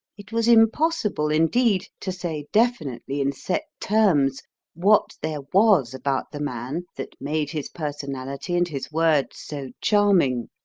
it was impossible, indeed, to say definitely in set terms what there was about the man that made his personality and his words so charming